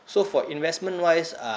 so for investment wise um